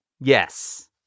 Yes